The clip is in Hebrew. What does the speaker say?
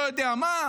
לא יודע מה,